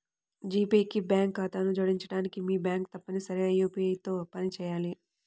G Pay కి bank ఖాతాను జోడించడానికి, మీ బ్యాంక్ తప్పనిసరిగా యూ.పీ.ఐ తో పనిచేయాలి